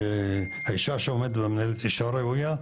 האישה שעומדת במנהלת היא אישה ראויה,